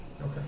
Okay